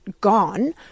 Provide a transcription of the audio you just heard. gone